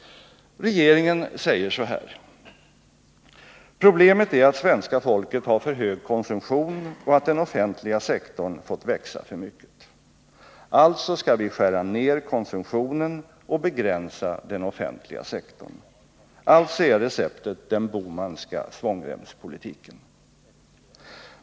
Regeringen säger så här: Problemet är att svenska folket har för hög konsumtion och att den offentliga sektorn fått växa för mycket. Alltså skall vi skära ned konsumtionen och begränsa den offentliga sektorn. Alltså är receptet den Bohmanska svångremspolitiken.